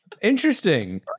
Interesting